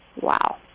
Wow